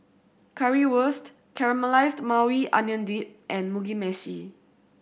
Currywurst Caramelized Maui Onion Dip and Mugi Meshi